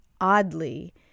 oddly